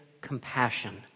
compassion